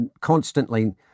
constantly